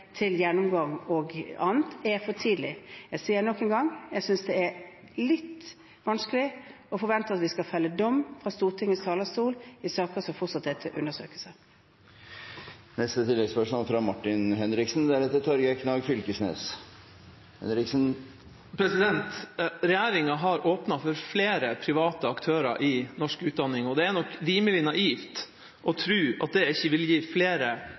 til gjennomgang, er for tidlig. Jeg sier nok en gang: Jeg synes det er litt vanskelig at man forventer at vi skal felle dom fra Stortingets talerstol i saker som fortsatt er til undersøkelse. Martin Henriksen – til oppfølgingsspørsmål. Regjeringa har åpnet for flere private aktører i norsk utdanning, og det er nok rimelig naivt å tro at det ikke vil gi flere